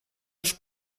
uns